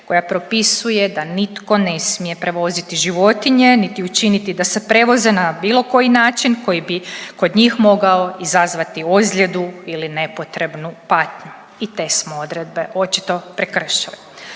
koja propisuje da nitko ne smije prevoziti životinje niti učiniti da se prevoze na bilo koji način koji bi kod njih mogao izazvati ozljedu ili nepotrebnu patnju. I te smo odredbe očito prekršili.